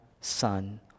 Son